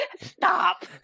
Stop